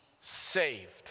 saved